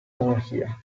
monarchia